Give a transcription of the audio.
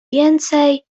więcej